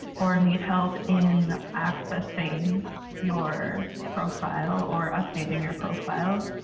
or need help in accessing your profile or updating your profile,